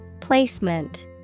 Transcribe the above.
Placement